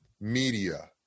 media